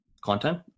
content